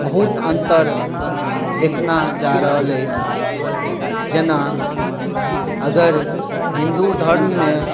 बहुत अन्तर देखना जा रहल अछि जेना अगर हिन्दू धर्ममे